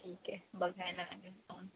ठीक आहे बघायला लागेल जाऊन